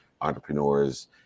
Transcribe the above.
entrepreneurs